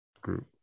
group